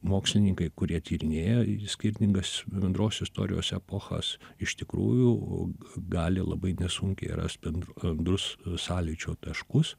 mokslininkai kurie tyrinėja skirtingas bendros istorijos epochas iš tikrųjų gali labai nesunkiai rast ben bendrus sąlyčio taškus